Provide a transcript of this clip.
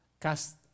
cast